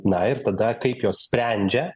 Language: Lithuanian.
na ir tada kaip jos sprendžia